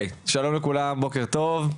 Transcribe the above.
שלום לכולם ובוקר טוב.